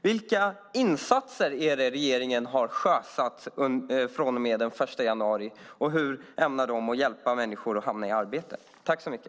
Vilka insatser är det regeringen har sjösatt från och med den 1 januari och hur ämnar de hjälpa människor att hamna i arbete?